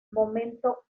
momento